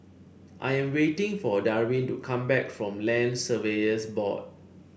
I am waiting for Darwyn to come back from Land Surveyors Board